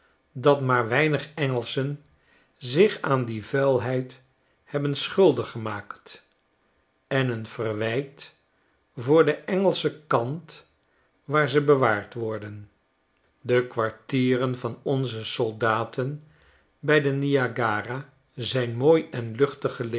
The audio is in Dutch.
dat maar weinig engelschen zich aan die vuilheid hebben schuldig gemaakt en een verwijt voor den engelschen kantwaar ze bewaard worden de kwartieren van onze soldaten bij den n i agara zijn mooi en luchtig